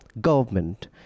government